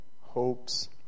hopes